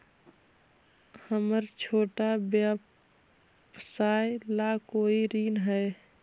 हमर छोटा व्यवसाय ला कोई ऋण हई?